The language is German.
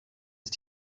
ist